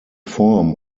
form